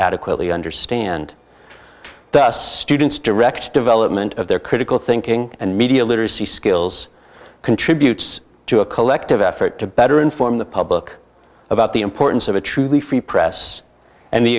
adequately understand that students direct development of their critical thinking and media literacy skills contributes to a collective effort to better inform the public about the importance of a truly free press and the